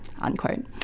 Unquote